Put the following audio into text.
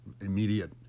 immediate